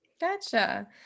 Gotcha